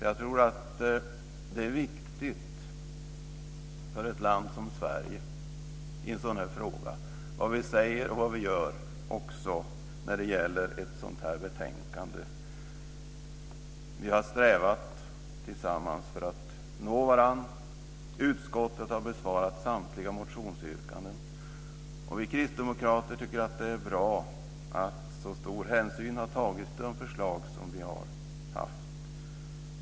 Jag tror att det är viktigt i en sådan här fråga i ett land som Sverige vad vi säger och vad vi gör också när det gäller ett sådant här betänkande. Vi har strävat till att nå varandra. Utskottet har besvarat samtliga motionsyrkanden. Vi kristdemokrater tycker att det är bra att så stor hänsyn har tagits till de förslag som vi har haft.